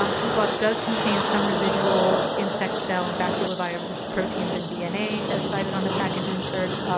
um flublok does contain some residual insect cell and baculovirus proteins and dna, as cited on the package insert,